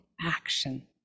action